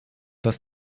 das